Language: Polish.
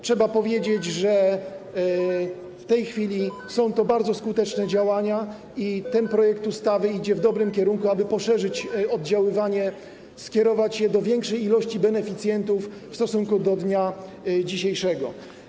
Trzeba powiedzieć, że w tej chwili są to bardzo skuteczne działania i ten projekt ustawy zmierza w dobrym kierunku, chodzi o to, aby poszerzyć jej oddziaływanie, skierować ją do większej liczby beneficjentów w stosunku do dnia dzisiejszego.